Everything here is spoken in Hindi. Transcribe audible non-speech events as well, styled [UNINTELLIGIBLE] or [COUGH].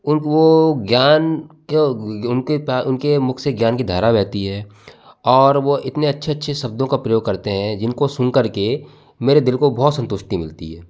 [UNINTELLIGIBLE] वो ज्ञान [UNINTELLIGIBLE] उनके मुख से ज्ञान की धारा बहती है और इतने अच्छे अच्छे शब्दों का प्रयोग करते हैं जिनको सुन कर के मेरे दिल को बहुत संतुष्टि मिलती है